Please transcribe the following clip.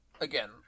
again